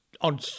on